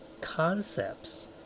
concepts